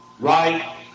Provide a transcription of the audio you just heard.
right